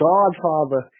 Godfather